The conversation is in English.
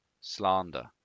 slander